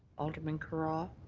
alderman carra.